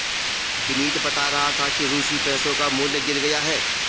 विनीत बता रहा था कि रूसी पैसों का मूल्य गिर गया है